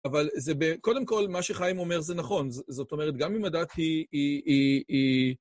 אבל זה, קודם כל, מה שחיים אומר זה נכון, זאת אומרת, גם אם הדת היא היא היא היא...